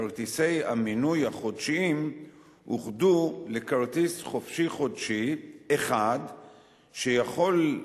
כרטיסי המנוי החודשיים אוחדו לכרטיס "חופשי חודשי" אחד שיכולים